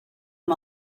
amb